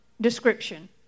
description